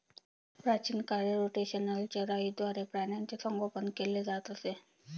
प्राचीन काळी रोटेशनल चराईद्वारे प्राण्यांचे संगोपन केले जात असे